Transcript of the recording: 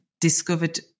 discovered